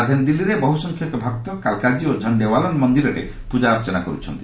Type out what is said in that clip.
ରାଜଧାନୀ ଦିଲ୍ଲୀରେ ବହୁସଂଖ୍ୟକ ଭକ୍ତ କାଲ୍କାଜୀ ଓ ଝଶ୍ଡେୱାଲାନ୍ ମନ୍ଦିରରେ ପୂଜାର୍ଚ୍ଚନା କରୁଛନ୍ତି